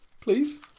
please